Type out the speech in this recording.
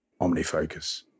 OmniFocus